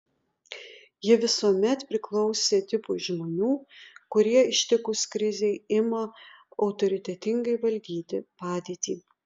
ji visuomet priklausė tipui žmonių kurie ištikus krizei ima autoritetingai valdyti padėtį